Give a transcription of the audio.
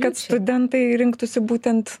kad studentai rinktųsi būtent